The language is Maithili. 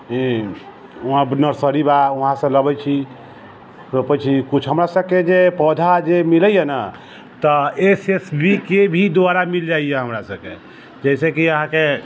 ई वहाँपे नर्सरी बा वहाँ से लबै छी रोपै छी किछु हमरा सबके जे पौधा जे मिलैए ने तऽ एस एस बी के भी दुआरा भी मिल जाइए हमरासबके जइसेकि अहाँके